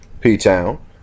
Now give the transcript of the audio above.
P-town